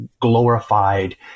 glorified